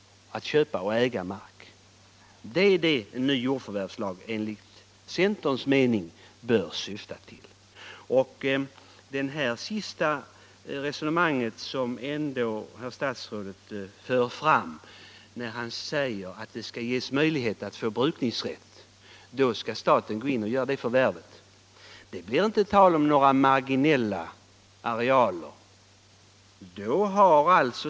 Det är det som en ny jordförvärvslag enligt centerns mening bör syfta till. Herr statsrådets sista resonemang, om att staten skall göra förvärvet vid brukningsrätt, berör inte några marginella arealer.